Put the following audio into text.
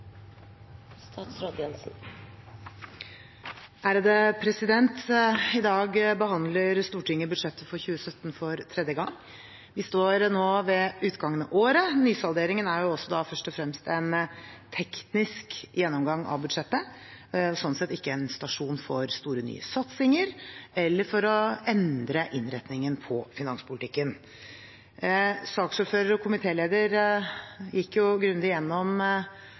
I dag behandler Stortinget budsjettet for 2017 for tredje gang. Vi står nå ved utgangen av året. Nysalderingen er jo først og fremst en teknisk gjennomgang av budsjettet og slik sett ikke en situasjon for store, nye satsinger eller for å endre innretningen på finanspolitikken. Saksordfører og komitéleder gikk grundig